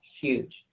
huge